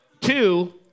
two